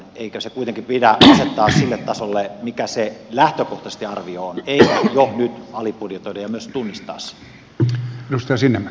eikö se kuitenkin pidä asettaa sille tasolle mikä se arvio lähtökohtaisesti on eikä jo nyt alibudjetoida ja myös tunnistaa se